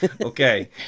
Okay